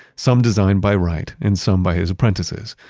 some designed by wright and some by his apprentices,